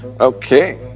Okay